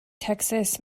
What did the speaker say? texas